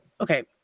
okay